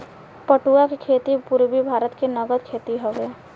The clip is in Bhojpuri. पटुआ के खेती पूरबी भारत के नगद खेती हवे